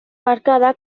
marcada